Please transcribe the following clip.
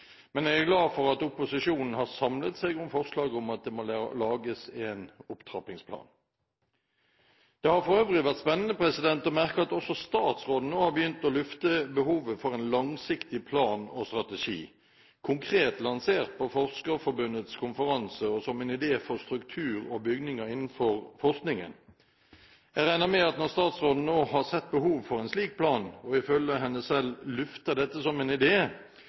men jeg er glad for at opposisjonen har samlet seg om forslaget om at det må lages en opptrappingsplan. Det har for øvrig vært spennende å merke seg at også statsråden nå har begynt å lufte behovet for en langsiktig plan og strategi, konkret lansert på Forskerforbundets konferanse, og som en idé for struktur og bygninger innenfor forskningen. Jeg regner med at når statsråden nå har sett behovet for en slik plan, og – ifølge henne selv – lufter dette som en